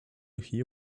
hear